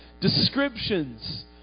descriptions